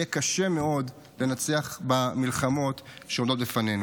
יהיה קשה מאוד לנצח במלחמות שעומדות בפנינו.